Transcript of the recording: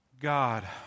God